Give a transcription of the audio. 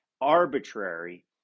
arbitrary